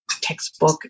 textbook